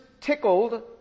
tickled